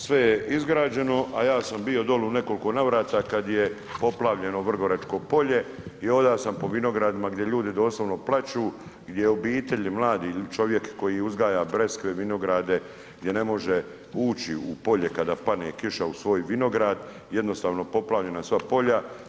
Sve je izgrađeno a ja sam bio dolje u nekoliko navrata kada je poplavljeno Vrgoračko polje i hodao sam po vinogradima gdje ljudi doslovno plaču gdje obitelji, mladi čovjek koji uzgaja breskve, vinograde gdje ne može ući u polje kada padne kiša u svoj vinograd, jednostavno poplavljena sva polja.